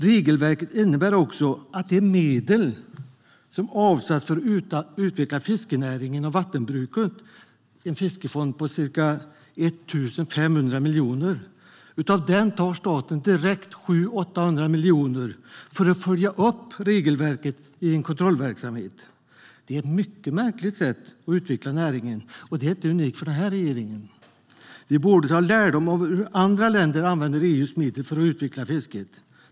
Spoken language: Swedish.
Regelverket innebär också att staten direkt tar mellan 700 och 800 miljoner av de medel som avsatts för att utveckla fiskenäringen och vattenbruket inom fiskefonden, ca 1 500 miljoner, för att följa upp regelverket i en kontrollverksamhet. Det är ett mycket märkligt sätt att utveckla näringen, och det är inte unikt för den här regeringen. Vi borde dra lärdom av hur andra länder använder EU:s medel för att utveckla fisket.